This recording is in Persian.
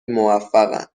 موفقن